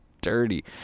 dirty